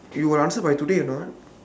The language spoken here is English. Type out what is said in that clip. you will answer by today anot